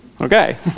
Okay